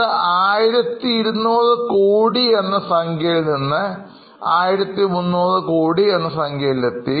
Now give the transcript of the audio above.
അത് 1200 crore എന്ന സംഖ്യയിൽ നിന്ന് 1300 crore എന്ന സംഖ്യയിൽഎത്തി